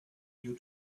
you